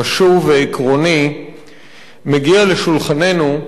חשוב ועקרוני מגיע לשולחננו,